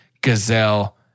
Gazelle